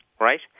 right